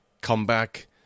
comeback